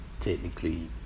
technically